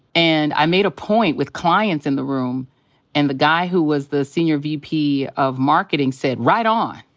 and i made a point with clients in the room and the guy who was the senior vp of marketing said, right on.